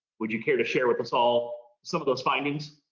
would you care to share with us all some of those findings?